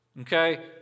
Okay